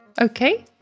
Okay